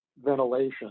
ventilation